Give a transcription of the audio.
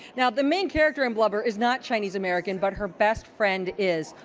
now, the main character in blubber is not chinese american, but her best friend is.